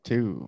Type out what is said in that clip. Two